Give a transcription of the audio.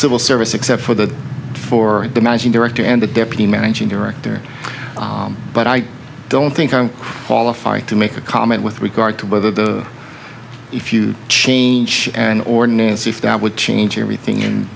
civil service except for the for the managing director and the deputy managing director but i don't think i'm qualified to make a comment with regard to whether the if you change an ordinance if that would change everything